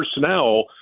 personnel